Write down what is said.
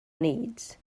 needs